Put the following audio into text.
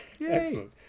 Excellent